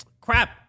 crap